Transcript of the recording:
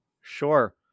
Sure